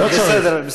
לא צריך.